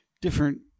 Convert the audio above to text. different